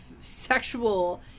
sexual